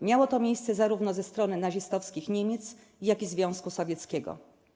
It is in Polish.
Miało to miejsce zarówno ze strony nazistowskich Niemiec, jak i Związku Sowieckiego.